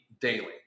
daily